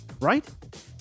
right